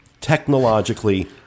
technologically